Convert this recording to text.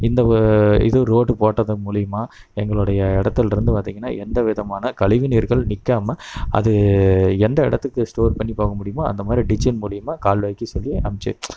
இந்த இது ரோடு போட்டது மூலயமா எங்களுடைய இடத்திலருந்து பார்த்திங்கன்னா எந்தவிதமான கழிவு நீர்கள் நிற்காமா அது எந்த இடத்துக்கு ஸ்டோர் பண்ணி போக முடியுமோ அந்தமாதிரி டிச்சின் மூலயமா கால்வாய்க்கு சொல்லி அனுப்பிச்சு